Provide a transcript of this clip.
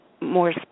more